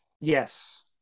Yes